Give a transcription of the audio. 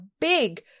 big